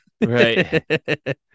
Right